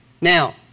Now